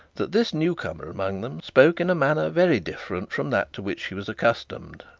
that this new comer among them spoke in a manner very different from that to which she was accustomed.